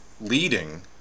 leading